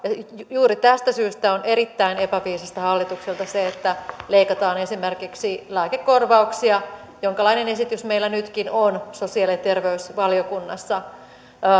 juuri tästä syystä on erittäin epäviisasta hallitukselta se että leikataan esimerkiksi lääkekorvauksia jonkalainen esitys meillä nytkin on sosiaali ja terveysvaliokunnassa